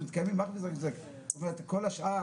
ואולם בעד התקופה שמיום כ"א בתמוז התשפ"א